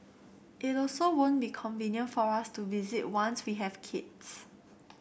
it also won't be convenient for us to visit once we have kids